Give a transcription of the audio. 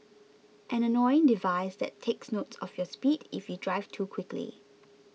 an annoying device that takes note of your speed if you drive too quickly